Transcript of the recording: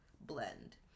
blend